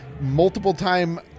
multiple-time